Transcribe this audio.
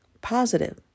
positive